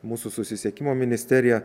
mūsų susisiekimo ministerija